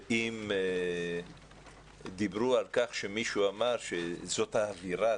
ואם דיברו על כך שמישהו אמר שזאת האווירה,